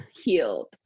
healed